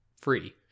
free